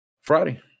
friday